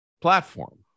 platform